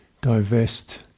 divest